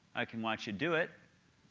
i can watch you do it.